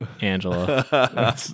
Angela